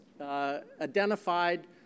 Identified